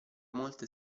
molte